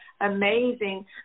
amazing